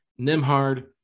Nimhard